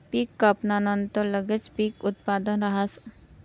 पीक कापानंतर लगेच पीक उत्पादन राहस